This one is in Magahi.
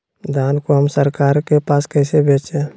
धान को हम सरकार के पास कैसे बेंचे?